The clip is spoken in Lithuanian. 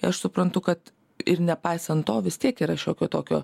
aš suprantu kad ir nepaisant to vis tiek yra šiokio tokio